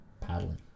paddling